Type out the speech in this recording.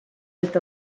with